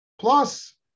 Plus